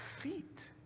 feet